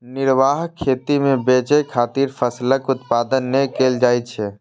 निर्वाह खेती मे बेचय खातिर फसलक उत्पादन नै कैल जाइ छै